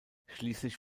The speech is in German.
schließlich